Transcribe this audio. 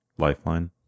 lifeline